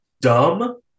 Dumb